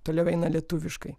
toliau eina lietuviškai